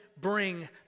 bring